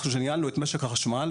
כאשר ניהלנו את משק החשמל,